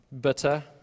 bitter